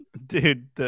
Dude